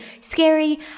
scary